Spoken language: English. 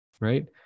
right